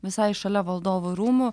visai šalia valdovų rūmų